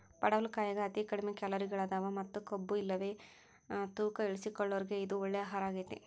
ಪಡವಲಕಾಯಾಗ ಅತಿ ಕಡಿಮಿ ಕ್ಯಾಲೋರಿಗಳದಾವ ಮತ್ತ ಕೊಬ್ಬುಇಲ್ಲವೇ ಇಲ್ಲ ತೂಕ ಇಳಿಸಿಕೊಳ್ಳೋರಿಗೆ ಇದು ಒಳ್ಳೆ ಆಹಾರಗೇತಿ